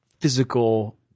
physical